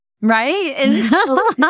right